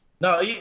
No